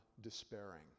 despairing